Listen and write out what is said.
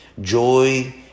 Joy